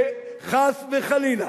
שחס וחלילה,